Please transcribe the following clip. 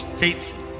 faithful